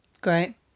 Great